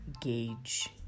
gauge